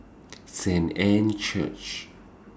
Saint Anne's Church